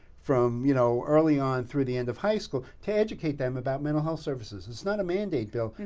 from you know, early on through the end of high school, to educate them about mental health services. it's not a mandate bill,